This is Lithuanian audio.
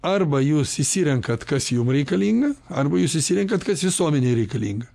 arba jūs išsirenkat kas jum reikalinga arba jūs išsirenkat kas visuomenei reikalinga